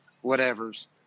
whatever's